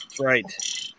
right